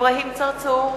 אברהים צרצור,